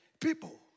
people